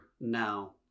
now